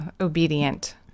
obedient